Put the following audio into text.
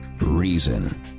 Reason